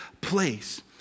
place